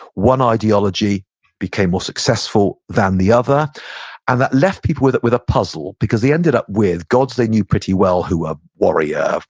one ideology became more successful than the other and that left people with with a puzzle because they ended up with gods they knew pretty well who were warrior,